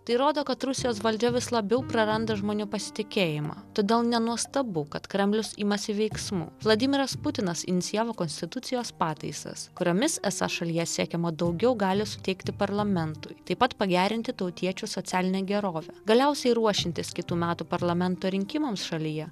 tai rodo kad rusijos valdžia vis labiau praranda žmonių pasitikėjimą todėl nenuostabu kad kremlius imasi veiksmų vladimiras putinas inicijavo konstitucijos pataisas kuriomis esą šalyje siekiama daugiau galią suteikti parlamentui taip pat pagerinti tautiečių socialinę gerovę galiausiai ruošiantis kitų metų parlamento rinkimams šalyje